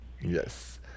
Yes